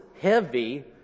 heavy